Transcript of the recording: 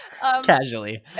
casually